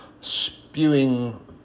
spewing